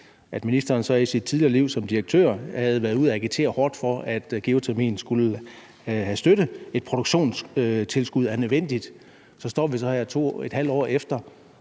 ministeren i sit tidligere liv som direktør havde været ude og agitere hårdt for, at geotermien skulle have støtte, og at et produktionstilskud er nødvendigt. Så står vi så her 2½ år efter